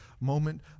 moment